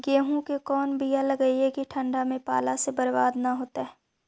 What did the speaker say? गेहूं के कोन बियाह लगइयै कि ठंडा में पाला से बरबाद न होतै?